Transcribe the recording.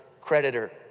creditor